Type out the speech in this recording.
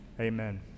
Amen